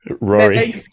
Rory